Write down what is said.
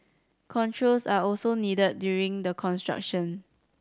controls are also needed during the construction